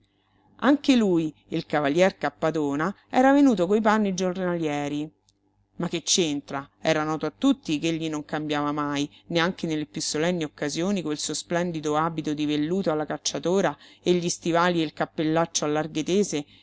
anche lui il cavalier cappadona era venuto coi panni giornalieri ma che c'entra era noto a tutti ch'egli non cambiava mai neanche nelle piú solenni occasioni quel suo splendido abito di velluto alla cacciatora e gli stivali e il cappellaccio a larghe tese